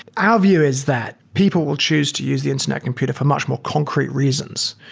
our view is that people will choose to use the internet computer for much more concrete reasons.